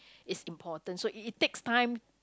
is important so it it takes time